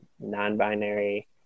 non-binary